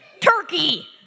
Turkey